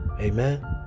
Amen